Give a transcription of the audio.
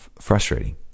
frustrating